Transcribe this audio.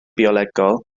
biolegol